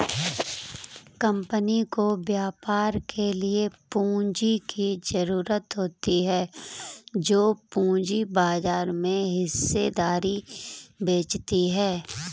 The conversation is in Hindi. कम्पनी को व्यापार के लिए पूंजी की ज़रूरत होती है जो पूंजी बाजार में हिस्सेदारी बेचती है